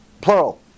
plural